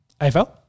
AFL